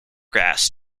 gas